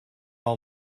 all